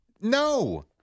No